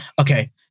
Okay